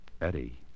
Eddie